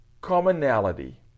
commonality